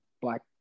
black